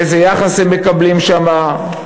איזה יחס הם מקבלים שם?